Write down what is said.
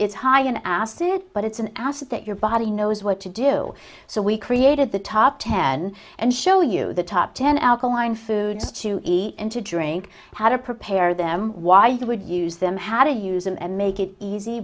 high in acid but it's an asset that your body knows what to do so we created the top ten and show you the top ten alkaline foods to eat and to drink how to prepare them why they would use them how to use them and make it easy